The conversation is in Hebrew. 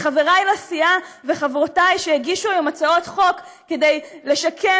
וחבריי וחברותיי לסיעה הגישו היום הצעות חוק כדי לשקם